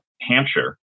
Hampshire